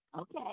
Okay